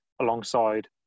alongside